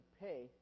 pay